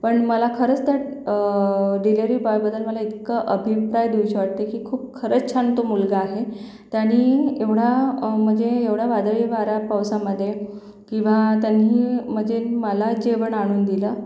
पण मला खरंच त्या डिलेवरी बॉयबद्दल मला इतकं अभिमप्राय देऊशी वाटते की खूप खरंच छान तो मुलगा आहे त्यानी एवढा म्हणजे एवढा वादळी वारा पावसामध्ये किंवा त्यांनी मजे मला जेवण आणून दिलं